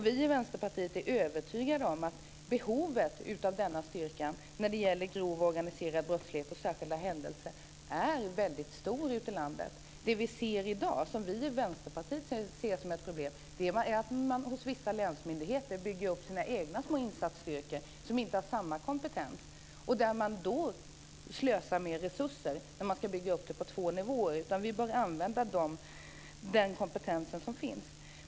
Vi i Vänsterpartiet är övertygade om att behovet av denna styrka när det gäller grov organiserad brottslighet och särskilda händelser är väldigt stort ute i landet. Det vi ser i dag, det vi från Vänsterpartiet ser som ett problem, är att man hos vissa länsmyndigheter bygger upp sina egna små insatsstyrkor som inte har samma kompetens. Man slösar med resurser när man ska bygga upp det på två nivåer. Vi bör använda den kompetens som finns.